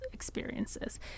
Experiences